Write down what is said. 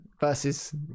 versus